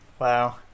Wow